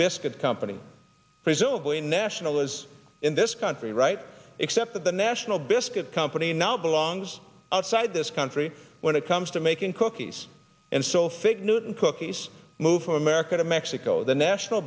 biscuit company presumably nationalists in this country right except that the national biscuit company now belongs outside this country when it comes to making cookies and so fig newton cookies move america to mexico the national